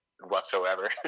whatsoever